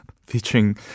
featuring